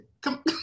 Come